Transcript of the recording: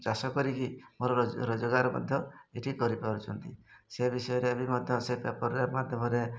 ଚାଷ କରିକି ଭଲ ରୋଜଗାର ମଧ୍ୟ ଏଠି କରିପାରୁଛନ୍ତି ସେ ବିଷୟରେ ବି ମଧ୍ୟ ସେ ପେପର୍ରେ ମାଧ୍ୟମରେ